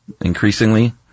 increasingly